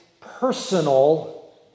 personal